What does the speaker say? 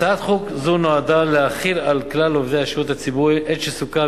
הצעת חוק זו נועדה להחיל על כלל עובדי השירות הציבורי את שסוכם